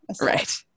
right